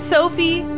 Sophie